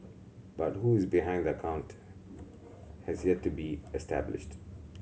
but who is behind the account has yet to be established